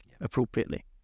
appropriately